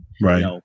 right